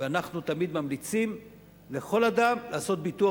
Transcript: ואנחנו תמיד ממליצים לכל אדם לעשות ביטוח,